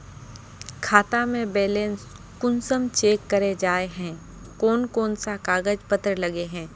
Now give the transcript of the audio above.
खाता में बैलेंस कुंसम चेक करे जाय है कोन कोन सा कागज पत्र लगे है?